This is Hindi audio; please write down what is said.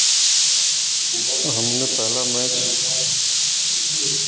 हमने पहला मैच